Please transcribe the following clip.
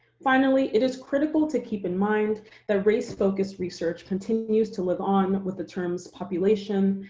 finally, it is critical to keep in mind that race focus research continues to live on with the terms population,